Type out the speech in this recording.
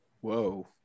whoa